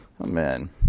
Amen